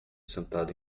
sentado